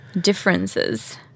differences